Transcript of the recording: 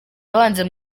abanza